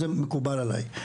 זה מקובל עליי.